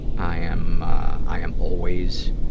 i am i am always